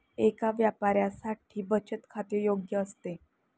एका व्यापाऱ्यासाठी बचत खाते योग्य नसते